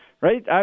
right